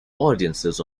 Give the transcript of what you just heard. audiences